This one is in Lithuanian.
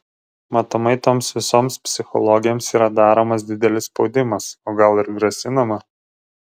matomai toms visoms psichologėms yra daromas didelis spaudimas o gal ir grasinama